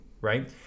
right